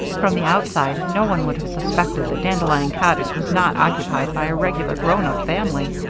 from the outside, no one would have suspected that dandelion cottage was not occupied by a regular grown-up family.